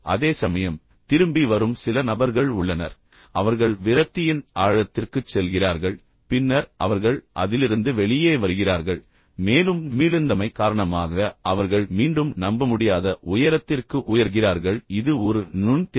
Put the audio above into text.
அதேசமயம் திரும்பி வரும் சில நபர்கள் உள்ளனர் அவர்கள் விரக்தியின் ஆழத்திற்குச் செல்கிறார்கள் பின்னர் அவர்கள் அதிலிருந்து வெளியே வருகிறார்கள் மேலும் மீளுந்தமை காரணமாக அவர்கள் மீண்டும் நம்பமுடியாத உயரத்திற்கு உயர்கிறார்கள் இது ஒரு நுண் திறமை